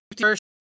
first